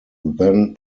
then